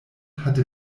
hatte